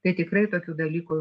tai tikrai tokių dalykų